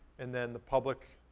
and then the public,